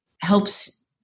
helps